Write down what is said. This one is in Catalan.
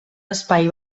espai